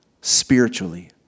Spiritually